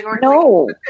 No